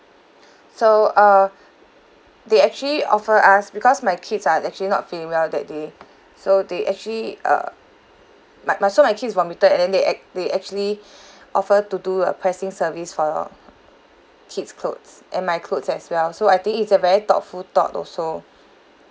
so uh they actually offer us because my kids are actually not feeling well that day so they actually uh my my so my kids vomited and then they act~ they actually offer to do a pressing service for kid's clothes and my clothes as well so I think it's a very thoughtful thought also